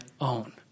own